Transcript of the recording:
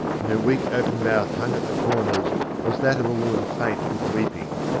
and her weak open mouth hung at the corners as that of a woman faint with weeping.